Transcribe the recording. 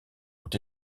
ont